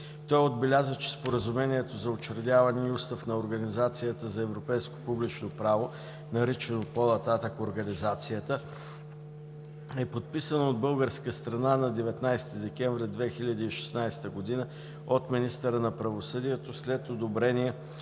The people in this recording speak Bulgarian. Той отбеляза, че Споразумението за учредяване и Устав на Организацията за европейско публично право (наричана по-нататък Организацията) е подписано от българска страна на 19 декември 2016 г. от министъра на правосъдието след одобрение